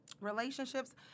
Relationships